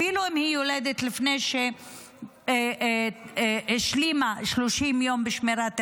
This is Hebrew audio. אפילו אם היא יולדת לפני שהשלימה 30 יום בשמירת היריון,